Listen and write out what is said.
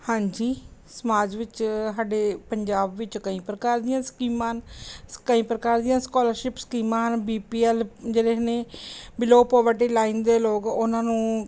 ਹਾਂਜੀ ਸਮਾਜ ਵਿੱਚ ਸਾਡੇ ਪੰਜਾਬ ਵਿੱਚ ਕਈ ਪ੍ਰਕਾਰ ਦੀਆਂ ਸਕੀਮਾਂ ਹਨ ਕਈ ਪ੍ਰਕਾਰ ਦੀਆਂ ਸਕੋਲਰਸ਼ਿਪ ਸਕੀਮਾਂ ਹਨ ਬੀ ਪੀ ਐਲ ਜਿਹੜੇ ਇਹ ਨੇ ਬਿਲੋ ਪੋਵਰਟੀ ਲਾਈਨ ਦੇ ਲੋਕ ਉਹਨਾਂ ਨੂੰ